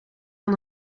van